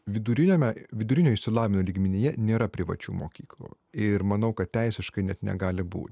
viduriniame vidurinio išsilavinimo lygmenyje nėra privačių mokyklų ir manau kad teisiškai net negali būt